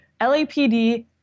LAPD